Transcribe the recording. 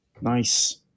Nice